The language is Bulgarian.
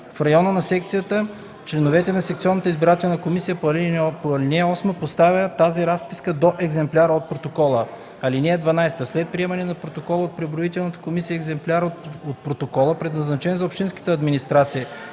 в района на секцията членовете на секционната избирателна комисия по ал. 8 поставят тази разписка до екземплярите от протоколите. (12) След приемане на протоколите от преброителната комисия екземплярите от протоколите, предназначени за общинската администрация,